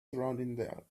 surrounding